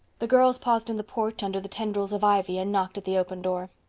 the girls paused in the porch under the tendrils of ivy and knocked at the open door.